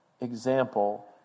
example